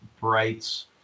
Bright's